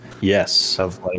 Yes